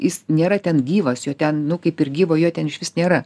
jis nėra ten gyvas jo ten nu kaip ir gyvo jo ten išvis nėra